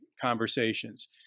conversations